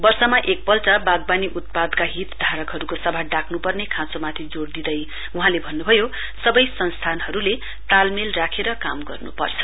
वर्षमा एकपल्ट वाग्वानी उत्पादका हित धारकहरूको सभा डाक्रपर्ने खाँचोमाथि जोड़ दिँदै वहाँले भन्नुभयो सबै संस्थानहरूले तालमेल राखेर काम गर्नुपर्छ